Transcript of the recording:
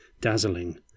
dazzling